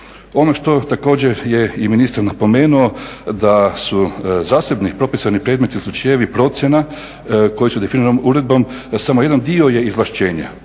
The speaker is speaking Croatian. Ono što također je i ministar napomenuo da su zasebni propisani predmetni slučajevi procjena …/Govornik se ne razumije./… uredbom da samo jedan dio je izvlaštenja.